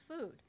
food